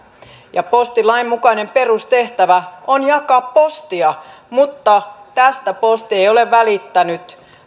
ja postilain mukainen perustehtävä on jakaa postia mutta tästä posti ei ole välittänyt